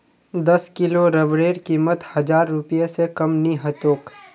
दस किलो रबरेर कीमत हजार रूपए स कम नी ह तोक